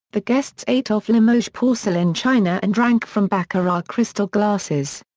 the guests ate off limoges porcelain china and drank from baccarat crystal glasses.